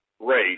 race